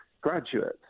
graduates